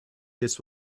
this